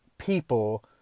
people